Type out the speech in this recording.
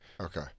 Okay